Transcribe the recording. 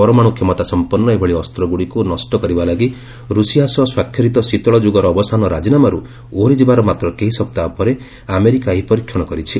ପରମାଣୁ କ୍ଷମତାସପନ୍ନ ଏଭଳି ଅସ୍ତ୍ରଗୁଡ଼ିକୁ ନଷ୍ଟ କରିବା ଲାଗି ରୁଷିଆ ସହ ସ୍ୱାକ୍ଷରିତ 'ଶୀତଳଯୁଦ୍ଧ ଯୁଗର ଅବସାନ ରାଜିନାମା'ରୁ ଓହରିଯିବାର ମାତ୍ର କେଇ ସପ୍ତାହ ପରେ ଆମେରିକା ଏହି ପରୀକ୍ଷଣ କରିଛି